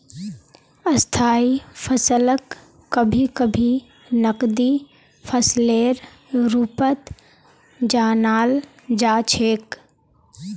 स्थायी फसलक कभी कभी नकदी फसलेर रूपत जानाल जा छेक